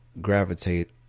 gravitate